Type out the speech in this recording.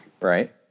Right